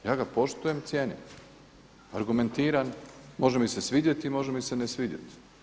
Ja ga poštujem, cijenim, argumentiran može mi se svidjeti, može mi se ne svidjeti.